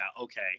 Okay